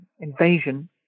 invasion